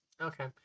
Okay